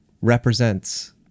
represents